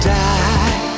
die